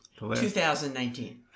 2019